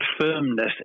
firmness